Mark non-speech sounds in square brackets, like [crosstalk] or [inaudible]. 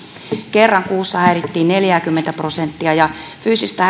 kerran kuussa häirittiin neljääkymmentä prosenttia ja fyysistä [unintelligible]